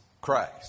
Christ